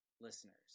listeners